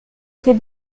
était